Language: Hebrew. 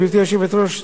גברתי היושבת-ראש,